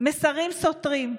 מסרים סותרים,